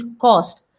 cost